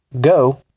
Go